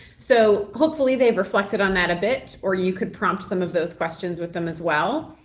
so hopefully they've reflected on that a bit or you could prompt some of those questions with them as well.